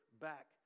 back